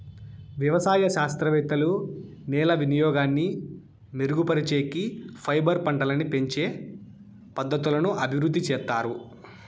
వ్యవసాయ శాస్త్రవేత్తలు నేల వినియోగాన్ని మెరుగుపరిచేకి, ఫైబర్ పంటలని పెంచే పద్ధతులను అభివృద్ధి చేత్తారు